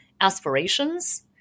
aspirations